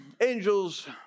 angels